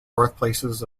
birthplaces